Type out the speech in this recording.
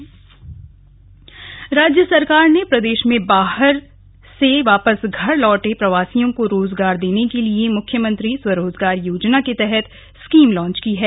घर वापसी राज्य सरकार ने प्रदेश में बाहर से वापस लौट रहे प्रवासियों को रोजगार देने के लिए मुख्यमंत्री स्वरोजगार योजना के तहत स्कीम लॉन्च की है